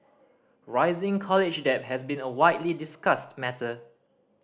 rising college debt has been a widely discussed matter